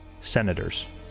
senators